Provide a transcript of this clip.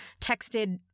texted